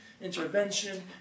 intervention